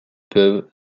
peuvent